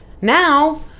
now